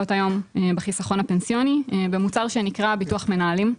היום בחיסכון הפנסיוני במוצר שנקרא ביטוח מנהלים.